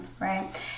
right